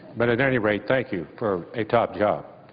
but at any rate, thank you for a top job.